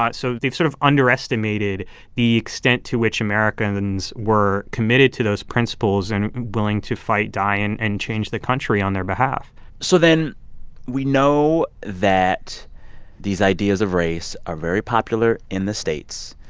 but so they've sort of underestimated the extent to which americans were committed to those principles and willing to fight, die and change the country on their behalf so then we know that these ideas of race are very popular in the states.